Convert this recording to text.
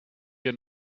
wir